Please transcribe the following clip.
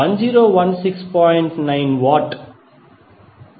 77 cos 19